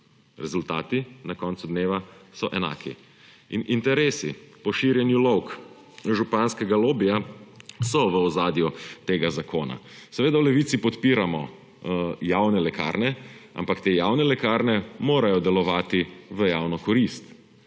Rezultati na koncu dneva so enaki. In interesi po širjenju lovk županskega lobija so v ozadju tega zakona. Seveda v Levici podpiramo javne lekarne, ampak te javne lekarne morajo delovati v javno korist